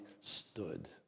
stood